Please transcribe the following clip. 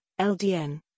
LDN